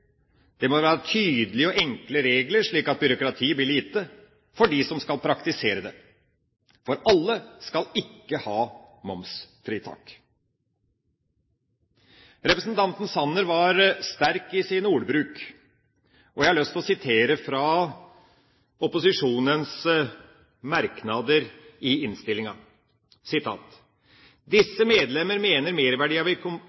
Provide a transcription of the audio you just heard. Det må være tydelige og enkle regler, slik at byråkratiet blir lite for dem som skal praktisere dem. For alle skal ikke ha momsfritak. Representanten Sanner var sterk i sin ordbruk. Jeg har lyst til å sitere fra opposisjonens merknader i innstillinga: